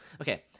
Okay